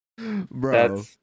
Bro